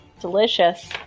Delicious